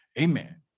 Amen